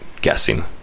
guessing